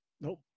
Nope